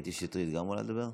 קטי שטרית גם עולה לדבר?